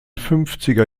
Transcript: fünfziger